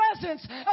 presence